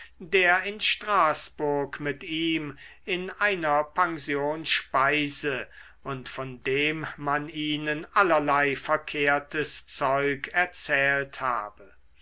der in straßburg mit ihm in einer pension speise und von dem man ihnen allerlei verkehrtes zeug erzählt habe